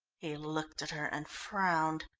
he looked at her and frowned.